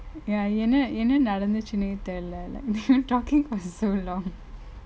ya என்ன என்ன நடந்துச்சுனே தெரில:yenna yenna nadanthuchunae terile like they were talking for so long